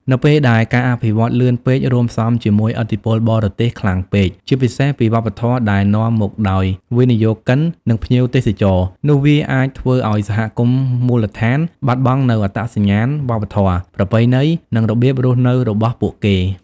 នៅពេលដែល ការអភិវឌ្ឍលឿនពេក រួមផ្សំជាមួយ ឥទ្ធិពលបរទេសខ្លាំងពេក ជាពិសេសពីវប្បធម៌ដែលនាំមកដោយវិនិយោគិន និងភ្ញៀវទេសចរ នោះវាអាចធ្វើឲ្យ សហគមន៍មូលដ្ឋានបាត់បង់នូវអត្តសញ្ញាណវប្បធម៌ ប្រពៃណី និងរបៀបរស់នៅរបស់ពួកគេ។